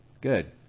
Good